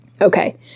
okay